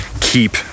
keep